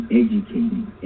educating